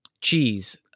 cheese